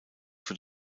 für